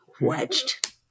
Wedged